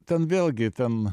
ten vėlgi ten